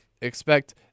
expect